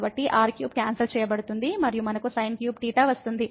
కాబట్టి r3 cancel చేయబడుతుంది మరియు మనకు sin3θ వస్తుంది